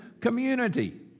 community